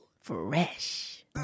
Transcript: Fresh